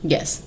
Yes